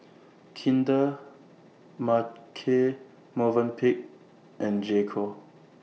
Kinder Marche Movenpick and J Co